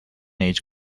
age